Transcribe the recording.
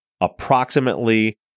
approximately